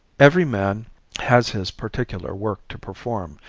every man has his particular work to perform,